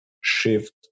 shift